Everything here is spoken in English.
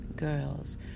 Girls